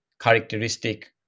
characteristic